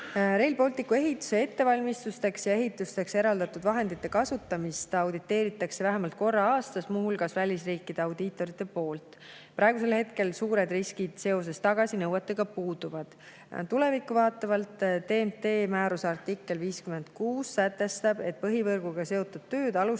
Rail Balticu ehituse ettevalmistamiseks ja ehituseks eraldatud vahendite kasutamist auditeeritakse vähemalt korra aastas, muu hulgas välisriikide audiitorite poolt. Praegu suured riskid seoses tagasinõuetega puuduvad. Tulevikku vaatavalt: TEN‑T määruse artikkel 56 sätestab, et kui põhivõrguga seotud tööd alustatakse